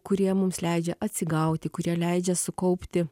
kurie mums leidžia atsigauti kurie leidžia sukaupti